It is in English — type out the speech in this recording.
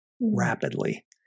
rapidly